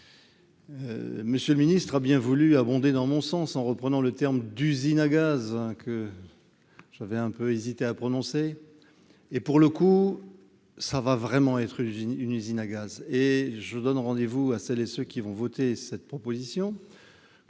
monsieur le ministre, a bien voulu abondait dans mon sens en reprenant le terme d'usine à gaz, hein, que j'avais un peu hésité à prononcer et pour le coup, ça va vraiment être une usine, une usine à gaz et je donne rendez-vous à celles et ceux qui vont voter cette proposition,